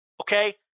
Okay